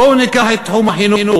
בואו ניקח את תחום החינוך.